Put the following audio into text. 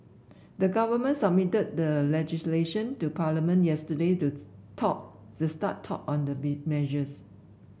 the government submitted the legislation to Parliament yesterday to start talk on the be measures